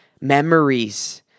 memories